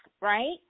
right